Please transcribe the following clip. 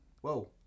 Whoa